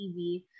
TV